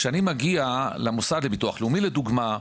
כשאני מגיע למוסד לביטוח לאומי לדוגמה,